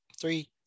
three